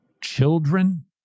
children